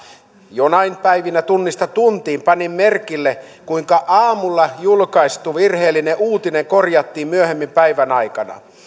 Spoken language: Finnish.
joinakin päivinä tunnista tuntiin panin merkille kuinka aamulla julkaistu virheellinen uutinen korjattiin myöhemmin päivän aikana